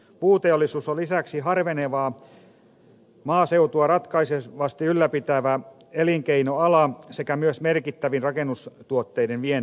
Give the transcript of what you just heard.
puuteollisuus on lisäksi harvenevaa maaseutua ratkaisevasti ylläpitävä elinkeinoala sekä myös merkittävin rakennustuotteiden vientiala